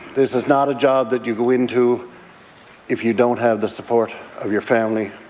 this is not a job that you go into if you don't have the support of your family.